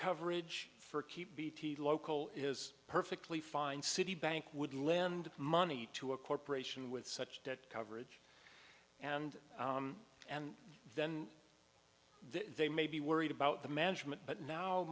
coverage for keep bt local is perfectly fine citibank would lend money to a corporation with such that coverage and and then they may be worried about the management but now